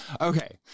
okay